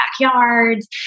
backyards